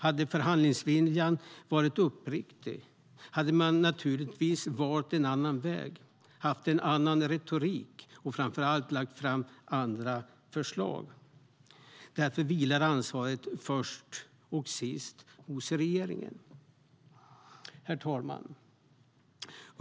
Hade förhandlingsviljan varit uppriktig hade man naturligtvis valt en annan väg, haft en annan retorik och framför allt lagt fram andra förslag. Därför vilar ansvaret först som sist på regeringen. Herr talman!